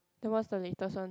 then what's the latest one